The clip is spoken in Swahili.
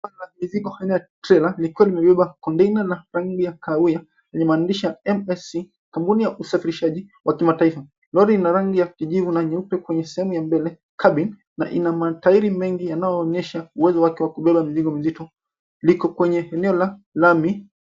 Hizi container trailer . Likiwa limebeba container na rangi ya kahawia yenye maandishi ya MSC kampuni ya usafirishaji wa kimataifa. Lori ina rangi ya kijivu na nyeupe kwenye sehemu ya mbele cabin na ina matairi mengi yanayoonyesha uwezo wake wa kubeba mizigo mizito. Liko kwenye eneo la lami.